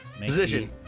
Position